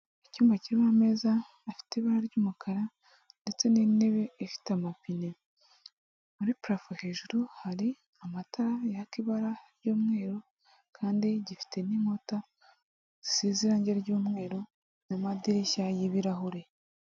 Icyumba kirimo ameza afite ibara ry'umukara ndetse n'intebe ifite amapine, muri parafo hejuru hari amatara yaka ibara ry'umweru, kandi gifite n'inkuta zisize irangi ry'umweru n'amadirishya y'ibirahure.